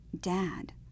Dad